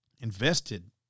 invested